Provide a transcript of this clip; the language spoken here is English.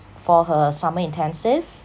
for her summer intensive